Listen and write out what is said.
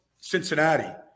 Cincinnati